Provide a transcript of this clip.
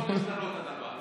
עד שתרד יכול להשתנות הדבר.